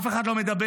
אף אחד לא מדבר.